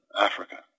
Africa